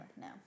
no